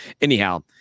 anyhow